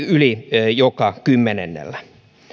yli joka kymmenennellä